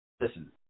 listen